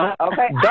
Okay